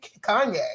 Kanye